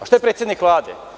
Šta je predsednik Vlade?